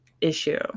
issue